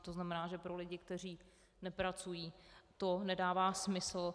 To znamená, že pro lidi, kteří nepracují, to nedává smysl.